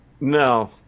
No